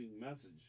message